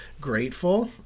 grateful